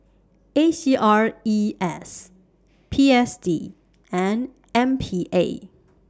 A C R E S P S D and M P A